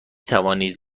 توانید